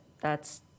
that's-